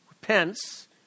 repents